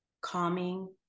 calming